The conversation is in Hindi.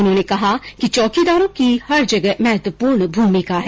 उन्होंने कहा कि चौकीदारों की हर जगह महत्वपूर्ण भूमिका है